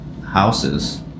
houses